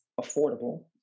affordable